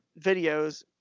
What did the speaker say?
videos